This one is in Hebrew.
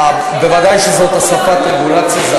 ודאי שזאת הוספת רגולציה,